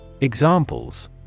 Examples